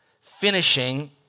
finishing